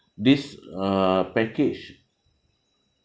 this uh package